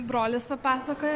brolis papasakojo